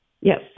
Yes